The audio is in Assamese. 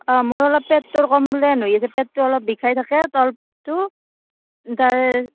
অঁ মোৰ অলপ পেটটোৰ কমপ্লেইন হৈ আছে পেটটো অলপ বিষাই থাকে তল পেটটো তাৰ